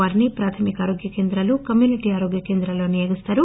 వీరిని ప్రాథమిక ఆరోగ్య కేంద్రాలు కమ్యూనిటీ ఆరోగ్య కేంద్రాల్లో నియోగిస్తారు